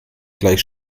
gleich